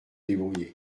débrouiller